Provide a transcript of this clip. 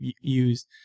use